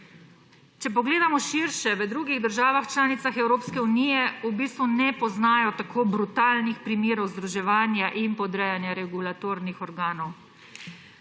Če pogledamo širše, v drugih državah članicah Evropske unije v bistvu ne poznajo tako brutalnih primerov združevanja in podrejanja regulatornih organov.